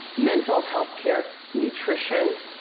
mental health care, nutrition,